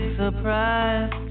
surprise